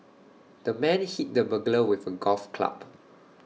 the man hit the burglar with A golf club